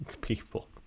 people